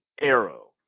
Arrow